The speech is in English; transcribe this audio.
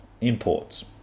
imports